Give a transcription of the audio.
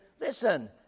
Listen